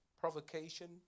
provocation